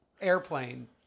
airplane